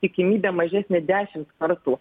tikimybė mažesnė dešimt kartų